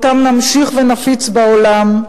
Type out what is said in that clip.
שאותם נמשיך ונפיץ בעולם,